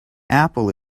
apple